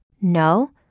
No